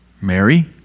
Mary